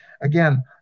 again